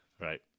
right